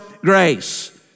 grace